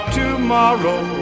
tomorrow